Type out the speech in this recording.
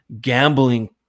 gambling